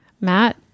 Matt